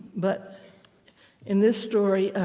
but in this story,